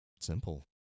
simple